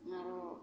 ओ